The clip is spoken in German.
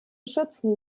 schützen